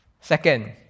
Second